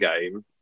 game